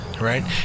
right